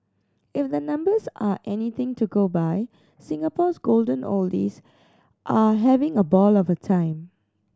if the numbers are anything to go by Singapore's golden oldies are having a ball of a time